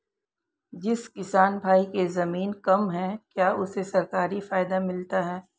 जिस किसान भाई के ज़मीन कम है क्या उसे सरकारी फायदा मिलता है?